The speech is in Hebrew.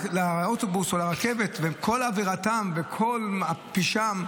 להם זכות לנסיעה בעקבות כך שיש להם חופשי חודשי,